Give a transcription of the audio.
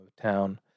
town